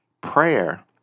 prayer